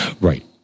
Right